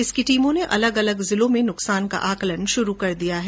इसकी टीमों ने अलग अलग जिलों में नुकसान का आकलन शुरू कर दिया है